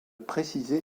préciser